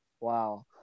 Wow